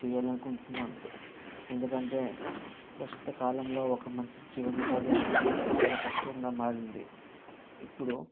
చేయాలనుకుంటున్నాను ఎందుకంటే ప్రస్తుత కాలంలో ఒక మనిషి జీవన ఉపాధి అనేది చాలా కష్టంగా మారింది ఇప్పుడు